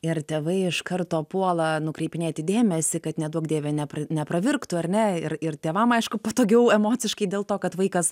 ir tėvai iš karto puola nukreipinėti dėmesį kad neduok dieve ne nepravirktų ar ne ir ir tėvam aišku patogiau emociškai dėl to kad vaikas